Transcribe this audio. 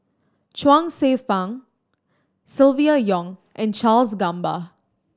Chuang Hsueh Fang Silvia Yong and Charles Gamba